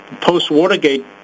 post-Watergate